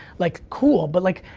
like cool, but like,